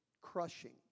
crushing